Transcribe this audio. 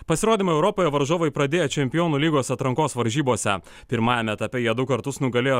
pasirodymą europoje varžovai pradėjo čempionų lygos atrankos varžybose pirmajam etape jie du kartus nugalėjo